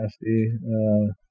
nasty